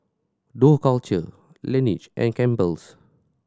Dough Culture Laneige and Campbell's